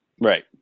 right